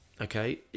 Okay